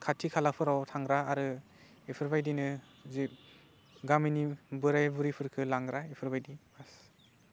खाथि खालाफोराव थांग्रा आरो बेफोरबायदिनो जि गामिनि बोराय बुरैफोरखौ लांग्रा बेफोर बायदि बास